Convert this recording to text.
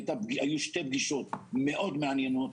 היו שתי פגישות מאוד מעניינות,